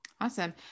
Awesome